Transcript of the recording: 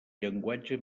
llenguatge